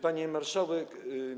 Pani Marszałek!